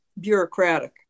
bureaucratic